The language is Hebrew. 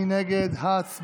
מי נגד?